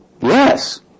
Yes